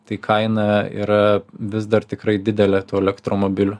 tai kaina yra vis dar tikrai didelė tų elektromobilių